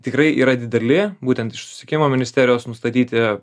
tikrai yra dideli būtent iš susisiekimo ministerijos nustatyti